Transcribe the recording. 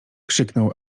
krzyknął